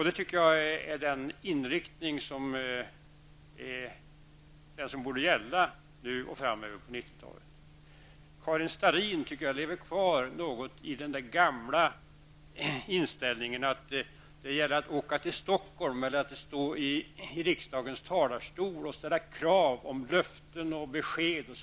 Det tycker jag är den inriktning som borde gälla nu och framöver på 90-talet. Karin Starrin lever kvar i den gamla inställningen att det gäller att åka till Stockholm och att stå i riksdagens talarstol och ställa krav på löften och besked.